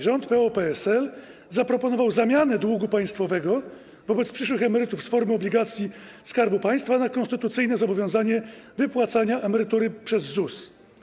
Rząd PO-PSL zaproponował zamianę długu państwowego wobec przyszłych emerytów z formy obligacji Skarbu Państwa na konstytucyjne zobowiązanie wypłacania emerytury przez ZUS.